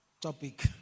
topic